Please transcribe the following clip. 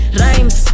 rhymes